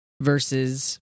versus